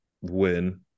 win